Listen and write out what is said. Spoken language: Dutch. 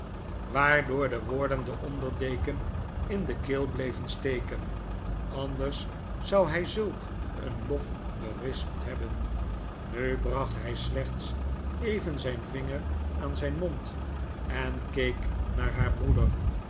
de woorden den onder deken in de keel bleven steken anders zou hy zulk een lof berispt hebben nu bracbt hy slechts even zyn vingeraanzyn mond en keek naar haar broeder